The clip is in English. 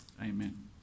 amen